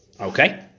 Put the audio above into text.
okay